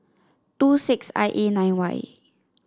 two six I A nine Y